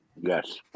Yes